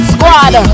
Squad